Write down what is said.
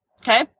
okay